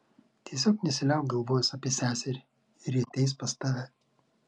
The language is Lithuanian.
tiesiog nesiliauk galvojęs apie seserį ir ji ateis pas tave